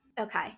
Okay